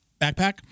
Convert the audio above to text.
backpack